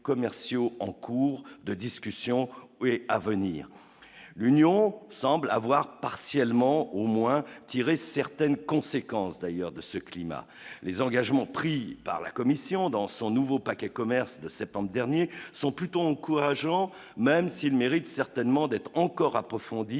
en cours de discussion à venir l'Union semble avoir partiellement au moins tirer certaines conséquences d'ailleurs de ce climat, les engagements pris par la Commission dans son nouveau paquet commerce de septembre dernier, sont plutôt encourageants, même s'il mérite certainement d'être encore approfondi,